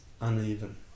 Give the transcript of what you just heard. uneven